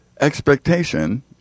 expectation